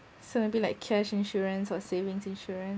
so maybe like cash insurance or savings insurance